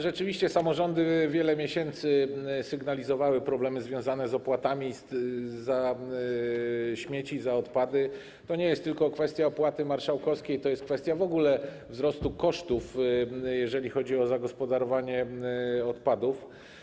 Rzeczywiście samorządy wiele miesięcy sygnalizowały problemy związane z opłatami za śmieci, za odpady - to nie jest tylko kwestia opłaty marszałkowskiej, to jest kwestia w ogóle wzrostu kosztów, jeżeli chodzi o zagospodarowywanie odpadów.